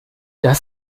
das